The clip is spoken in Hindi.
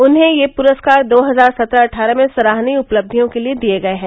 उन्हें ये प्रस्कार दो हजार सत्रह अट्ठारह में सराहनीय उपलक्षियों के लिए दिए गए हैं